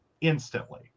instantly